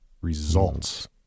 results